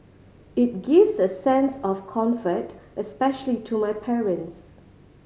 it gives a sense of comfort especially to my parents